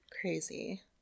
Crazy